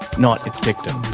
not its victim.